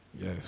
yes